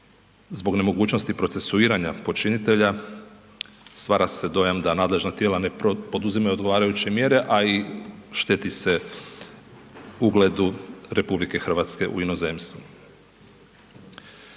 zbog nemogućnosti procesuiranja počinitelja stvara se dojam da nadležna tijela ne poduzimaju odgovarajuće mjere, a i šteti se ugledu RH u inozemstvu.